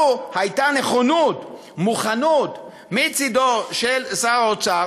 לו הייתה נכונות, מוכנות, מצדו של שר האוצר